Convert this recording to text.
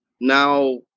Now